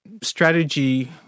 Strategy